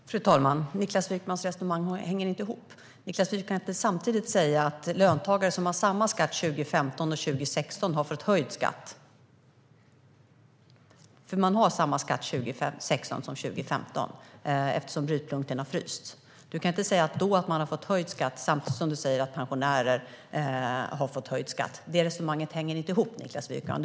Fru talman! Niklas Wykmans resonemang hänger inte ihop. Niklas Wykman kan inte säga att löntagare som har samma skatt 2015 och 2016 har fått höjd skatt. Det är samma skatt 2016 som 2015 eftersom brytpunkten har frysts. Du kan inte säga att löntagare har fått höjd skatt samtidigt som du säger att pensionärer har fått höjd skatt. Det resonemanget hänger inte ihop, Niklas Wykman.